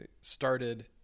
started